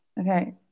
Okay